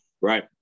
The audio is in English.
Right